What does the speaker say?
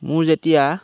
মোৰ যেতিয়া